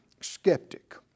skeptic